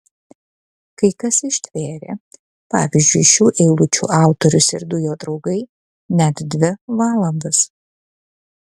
kai kas ištvėrė pavyzdžiui šių eilučių autorius ir du jo draugai net dvi valandas